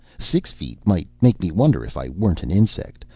six feet might make me wonder if i weren't an insect,